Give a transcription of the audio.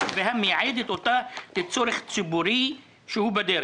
והמייעדת אותה לצורך ציבורי שהוא דרך"